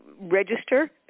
register